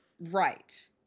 Right